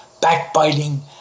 backbiting